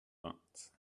vingt